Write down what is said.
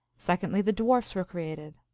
secondly, the dwarfs were created.